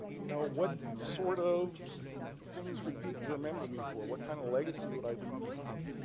you know, what sort of things would people remember me for? what kind of legacy would i leave behind?